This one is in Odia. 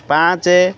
ପାଞ୍ଚ